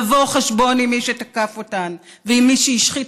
לבוא חשבון עם מי שתקף אותן ועם מי שהשחית